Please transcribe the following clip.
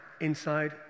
inside